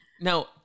Now